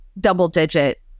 double-digit